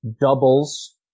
doubles